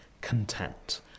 content